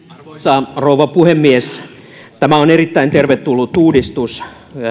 arvoisa rouva puhemies tämä on erittäin tervetullut uudistus